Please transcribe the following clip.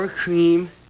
cream